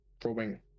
probing